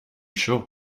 sure